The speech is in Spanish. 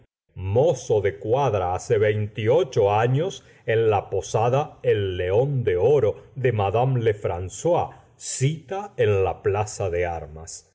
mozo de cuadra hace veinticinco años en la posada e el león de oro de madame lefrancois sita en la plaza de armas